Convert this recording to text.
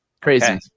Crazy